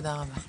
תודה רבה.